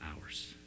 hours